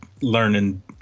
learning